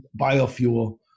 biofuel